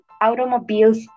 automobiles